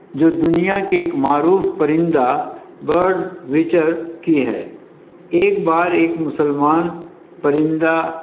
جو دنیا کے ایک معروف پرندہ برڈ وچر کی ہے ایک بار ایک مسلمان پرندہ